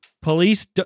police